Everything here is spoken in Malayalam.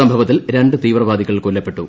സംഭവത്തിൽ രണ്ട് തീവ്രവാദികൾ കൊല്ലപ്പെട്ടു